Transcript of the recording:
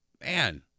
man